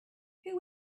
who